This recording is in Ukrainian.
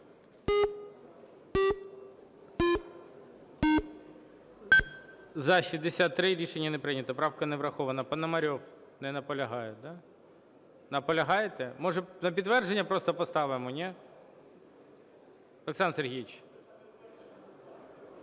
За-63 Рішення не прийнято. Правка не врахована. Пономарьов. Не наполягає. Наполягаєте? Може, на підтвердження просто поставимо, ні? Олександре Сергійовичу.